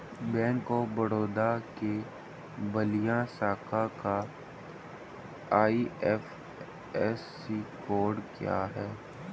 Bank of Baroda के बलिया शाखा का आई.एफ.एस.सी कोड क्या है?